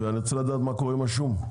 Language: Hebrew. ואני רוצה לדעת מה קורה עם השום.